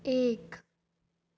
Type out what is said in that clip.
एक